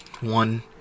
one